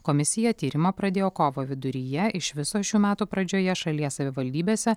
komisija tyrimą pradėjo kovo viduryje iš viso šių metų pradžioje šalies savivaldybėse